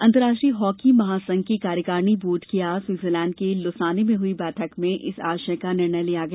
अंतर्राष्ट्रीय हॉकी महासंघ की कार्यकारिणी बोर्ड की आज स्विटजरलैंड के लुसाने में हई बैठक में इस आशय का निर्णय लिया गया